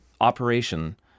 operation